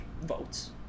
votes